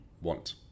want